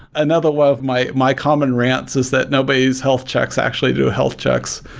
another one of my my common rants is that nobody's health checks actually do health checks.